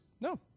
no